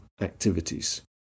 activities